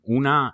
una